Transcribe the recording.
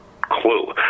clue